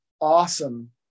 awesome